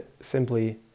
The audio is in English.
simply